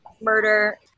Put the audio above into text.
murder